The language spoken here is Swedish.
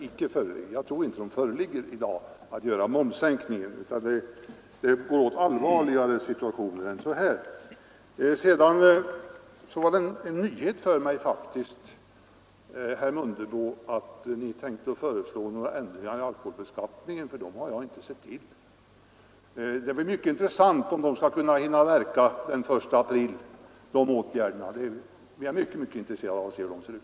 Jag tror inte att det i dag finns någon anledning att göra en momssänkning, utan det skall vara i allvarligare situationer än så här. Det var faktiskt en nyhet för mig, herr Mundebo, att ni tänkte föreslå några ändringar i alkoholbeskattningen, för dem har jag inte sett till. Om de åtgärderna skall kunna hinna verka den 1 april, är jag mycket, mycket intresserad av att få veta hur de ser ut.